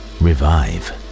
revive